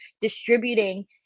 distributing